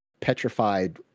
petrified